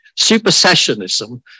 supersessionism